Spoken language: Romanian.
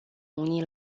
unii